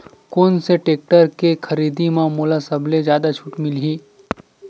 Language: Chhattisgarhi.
कोन से टेक्टर के खरीदी म मोला सबले जादा छुट मिलही?